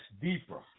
deeper